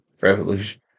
Revolution